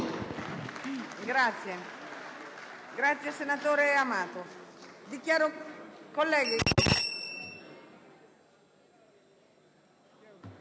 Grazie.